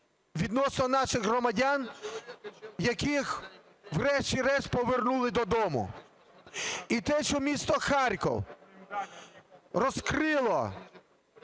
відносно наших громадян, яких врешті-решт повернули додому. І те, що місто Харків розкрило